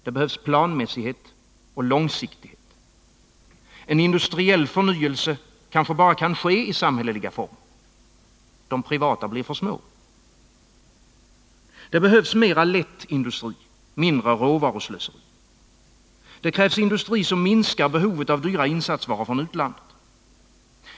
Det behövs planmässighet och långsiktighet. En industriell förnyelse kanske bara kan ske i samhälleliga former — de privata blir för små. Det behövs mer lätt industri, mindre råvaruslöseri. Det krävs industri som minskar behovet av dyra insatsvaror från utlandet.